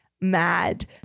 mad